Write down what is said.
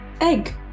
egg